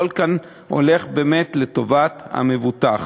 הכול כאן הולך באמת לטובת המבוטח.